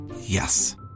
Yes